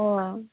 अ